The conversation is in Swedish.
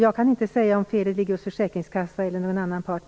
Jag kan inte säga om felet ligger hos försäkringskassan eller någon annan part.